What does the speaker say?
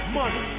money